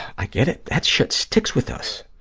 i get it. that shit sticks with us.